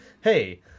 hey